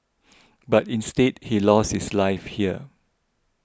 but instead he lost his life here